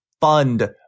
fund